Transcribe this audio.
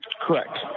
Correct